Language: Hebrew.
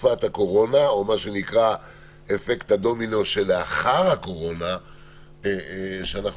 בתקופת הקורונה או אפקט הדומינו שלאחר הקורונה שבטח